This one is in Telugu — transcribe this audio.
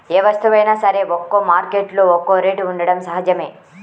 ఏ వస్తువైనా సరే ఒక్కో మార్కెట్టులో ఒక్కో రేటు ఉండటం సహజమే